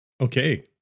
okay